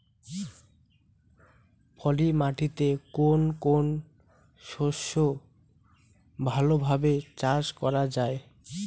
পলি মাটিতে কোন কোন শস্য ভালোভাবে চাষ করা য়ায়?